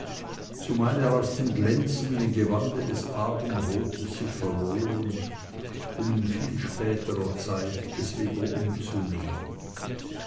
zumal er aus dem glänzenden gewande des abendrotes sich verloren um in viel späterer zeit es wieder